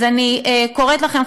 אז אני קוראת לכם,